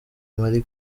marie